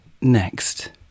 Next